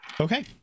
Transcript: Okay